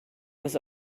was